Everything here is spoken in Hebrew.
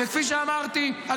כפי שאמרתי ------ החטופים.